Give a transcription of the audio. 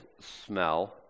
smell